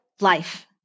life